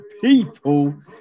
people